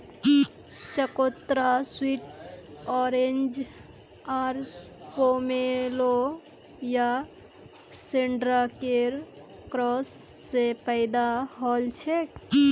चकोतरा sweet orange आर pomelo या शैडॉकेर क्रॉस स पैदा हलछेक